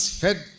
fed